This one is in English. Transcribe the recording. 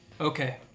Okay